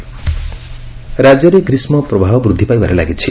ପାଣିପାଗ ରାକ୍ୟରେ ଗ୍ରୀଷ୍ ପ୍ରବାହ ବୃଦ୍ଧି ପାଇବାରେ ଲାଗିଛି